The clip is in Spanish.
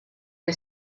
que